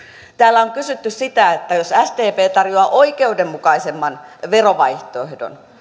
täällä on kysytty jos sdp tarjoaa oikeudenmukaisemman verovaihtoehdon